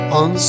on